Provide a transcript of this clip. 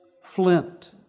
flint